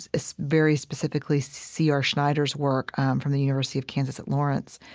so very specifically c r. snyder's work from the university of kansas at lawrence,